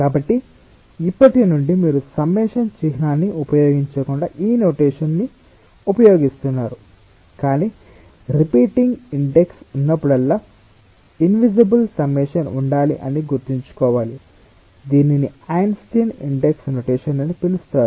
కాబట్టి ఇప్పటి నుండి మీరు సమ్మషన్ చిహ్నాన్ని ఉపయోగించకుండా ఈ నొటేషన్ ఉపయోగిస్తున్నారు కానీ రిపీటింగ్ ఇండెక్స్ ఉన్నప్పుడల్లా ఇన్విజిబుల్ సమ్మషన్ ఉండాలి అని గుర్తుంచుకోవాలి దీనిని ఐన్స్టీన్ ఇండెక్స్ నొటేషన్ అని పిలుస్తారు